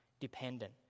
dependent